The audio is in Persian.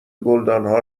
گلدانها